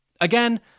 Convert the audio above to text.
Again